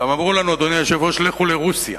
גם אמרו לנו: לכו לרוסיה.